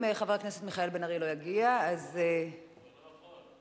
אם חבר הכנסת מיכאל בן-ארי לא יגיע, הוא לא יכול.